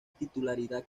titularidad